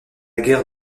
guerre